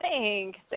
Thanks